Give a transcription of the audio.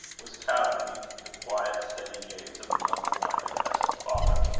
was cowed beneath the quiet steady gaze of the noble-minded peasant father.